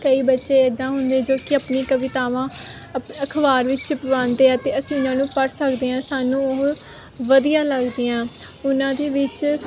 ਕਈ ਬੱਚੇ ਇੱਦਾਂ ਹੁੰਦੇ ਜੋ ਕਿ ਆਪਣੀ ਕਵਿਤਾਵਾਂ ਅਪ ਅਖਬਾਰ ਵਿੱਚ ਛਪਵਾਉਂਦੇ ਆ ਅਤੇ ਅਸੀਂ ਇਹਨਾਂ ਨੂੰ ਪੜ੍ਹ ਸਕਦੇ ਹਾਂ ਸਾਨੂੰ ਉਹ ਵਧੀਆ ਲੱਗਦੀਆਂ ਉਹਨਾਂ ਦੇ ਵਿੱਚ